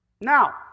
Now